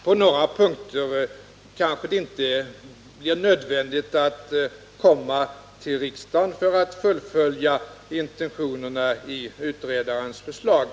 På några punkter blir det kanske inte nödvändigt med beslut av riksdagen för att fullfölja intentionerna i utredarens förslag.